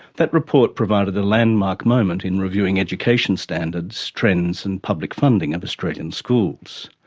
that report provided a landmark moment in reviewing education standards, trends, and public funding of australian schools.